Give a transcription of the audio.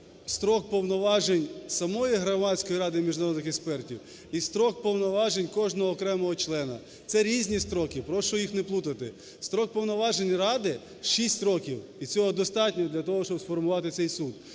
строк повноважень самої Громадської ради міжнародних експертів і строк повноважень кожного окремого члена. Це різні строки, прошу їх не плутати. Строк повноважень ради – шість років, і цього достатньо для того, щоб сформувати цей суд.